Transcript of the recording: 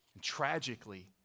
Tragically